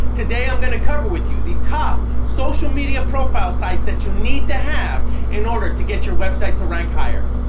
today i'm going to cover with you the top social media profile sites that you need to have in order to get your website to rank higher.